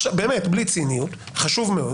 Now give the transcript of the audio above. באמת בלי ציניות, זה חשוב מאוד.